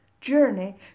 Journey